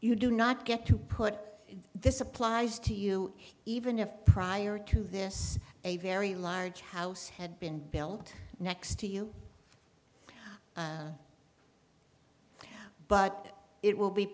you do not get to put this applies to you even if prior to this a very large house had been built next to you but it will be